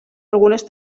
algunes